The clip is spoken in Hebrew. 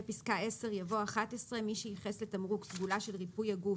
פסקה (10) יבוא: "(11)מי שייחס לתמרוק סגולה של ריפוי הגוף